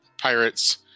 pirates